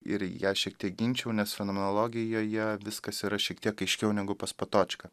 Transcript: ir ją šiek tiek ginčiau nes fenomenologijoje viskas yra šiek tiek aiškiau negu pas patočką